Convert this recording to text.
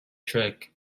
trick